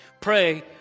Pray